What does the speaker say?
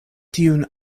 tiun